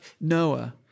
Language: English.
Noah